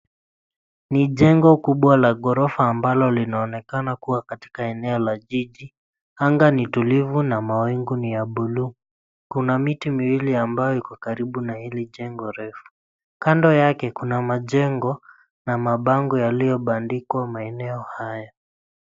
Ni jengo kubwa la ghorofa ambalo linaonekana kuwa katika eneo la jiji. Anga ni tulivu na mawingu ni ya buluu. Kuna miti miwili ambayo iko karibu na hili jengo refu. Kando yake, kuna majengo na mabango yaliyobandikwa maeneo haya.